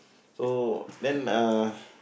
so then uh